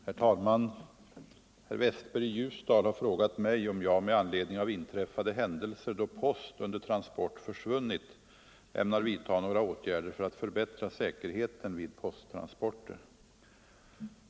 Herr talman! Herr Westberg i Ljusdal har frågat mig om jag - med anledning av inträffade händelser då post under transport försvunnit — ämnar vidta några åtgärder för att förbättra säkerheten vid posttransporter.